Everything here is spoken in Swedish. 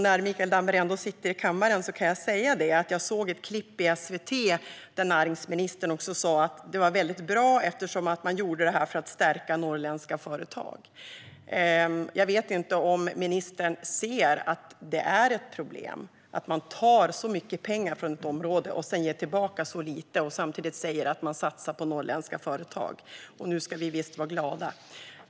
När Mikael Damberg ändå sitter i kammaren kan jag säga att jag såg ett klipp på SVT där näringsministern sa att detta var väldigt bra, eftersom man gjorde det för att stärka norrländska företag. Jag vet inte om ministern ser att det är ett problem att man tar så mycket pengar från ett område och ger tillbaka så lite samtidigt som man säger att man satsar på norrländska företag och att vi nu ska vara glada.